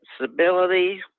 stability